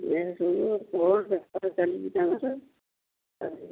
ରେ ଶୁଣୁ କୋଉ ତାଙ୍କର ଚାଲିଛି